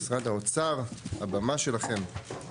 משרד האוצר, הבמה שלכם.